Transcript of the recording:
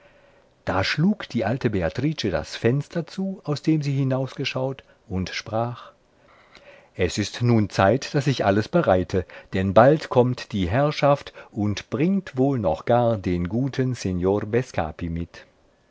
da schlug die alte beatrice das fenster zu aus dem sie hinausgeschaut und sprach es ist nun zeit daß ich alles bereite denn bald kommt die herrschaft und bringt wohl noch gar den guten signor bescapi mit